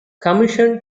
commission